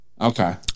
Okay